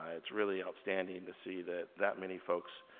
ah it's really outstanding to see that that many folks.